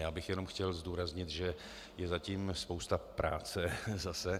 Já bych jenom chtěl zdůraznit, že je za tím spousta práce, zase .